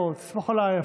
בוא, סמוך עליי.